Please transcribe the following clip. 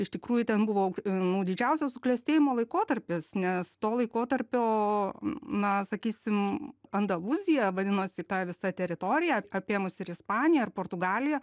iš tikrųjų ten buvo nu didžiausio suklestėjimo laikotarpis nes to laikotarpio na sakysim andalūzija vadinosi ta visa teritorija apėmus ir ispaniją ir portugaliją